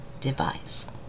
device